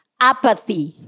Apathy